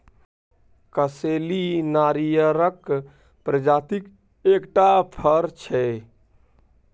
कसैली नारियरक प्रजातिक एकटा फर छै